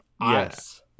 Yes